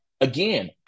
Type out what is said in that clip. again